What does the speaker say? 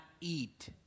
eat